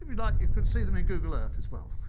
you but you can see them in google earth as well.